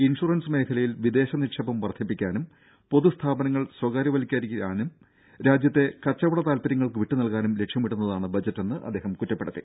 insurance മേഖലയിൽ വിദേശ നിക്ഷേപം വർദ്ധിപ്പിക്കാനും പൊതു സ്ഥാപനങ്ങൾ സ്വകാര്യവൽക്കരിക്കാനും രാജ്യത്തെ കച്ചവട താല്പര്യങ്ങൾക്ക് വിട്ടു നൽകാനും ലക്ഷ്യമിടുന്നതാണ് ബജറ്റെന്ന് അദ്ദേഹം കുറ്റപ്പെടുത്തി